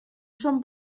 són